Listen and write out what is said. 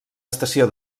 estació